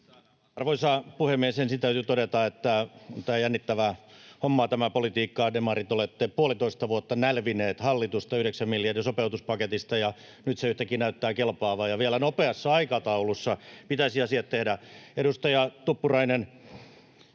Arvoisa puhemies! Ensin täytyy todeta, että on tämä jännittävää hommaa tämä politiikka. Demarit, olette puolitoista vuotta nälvineet hallitusta yhdeksän miljardin sopeutuspaketista, ja nyt se yhtäkkiä näyttää kelpaavan, ja vielä nopeassa aikataulussa pitäisi asiat tehdä. Edustaja Tuppurainen,